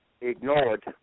Ignored